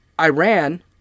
Iran